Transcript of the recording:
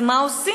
אז מה עושים?